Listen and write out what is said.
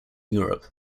europe